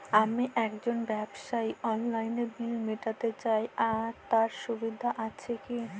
আমি একজন ব্যবসায়ী অনলাইনে বিল মিটাতে চাই তার সুবিধা আছে কি?